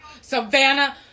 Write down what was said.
Savannah